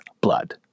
blood